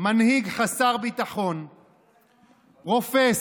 מנהיג חסר ביטחון, רופס,